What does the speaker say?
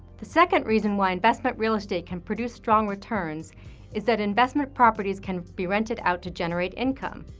the second reason why investment real estate can produce strong returns is that investment properties can be rented out to generate income.